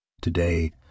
Today